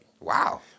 Wow